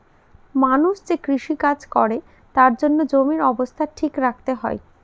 মানুষ যে কৃষি কাজ করে তার জন্য জমির অবস্থা ঠিক রাখতে হয়